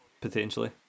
potentially